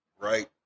right